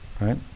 right